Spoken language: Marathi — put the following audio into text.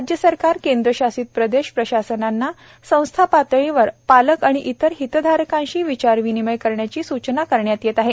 राज्य सरकार केंद्रशासित प्रदेश प्रशासनांना संस्था पातळीवर पालक आणि इतर हितधारकांशी विचारविनिमय करण्याची सूचना करण्यात येत आहे